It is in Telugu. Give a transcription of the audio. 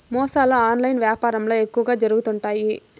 మోసాలు ఆన్లైన్ యాపారంల ఎక్కువగా జరుగుతుండాయి